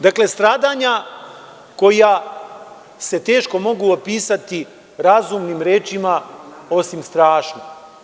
Dakle, stradanja koja se teško mogu opisati razumnim rečima osim strašno.